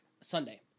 Sunday